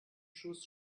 schuss